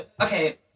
okay